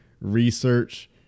research